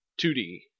2D